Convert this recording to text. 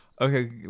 Okay